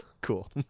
Cool